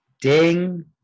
Ding